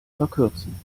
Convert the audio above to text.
verkürzen